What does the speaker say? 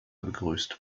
begrüßt